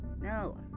No